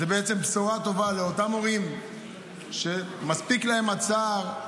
זאת בשורה טובה לאותם הורים שמספיק להם הצער,